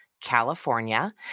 California